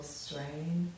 strain